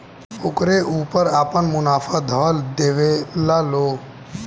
ओकरे ऊपर आपन मुनाफा ध लेवेला लो